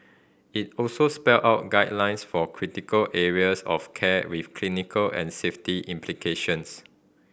it also spelled out guidelines for critical areas of care with clinical and safety implications